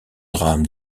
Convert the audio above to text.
drame